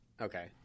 okay